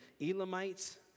Elamites